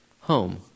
home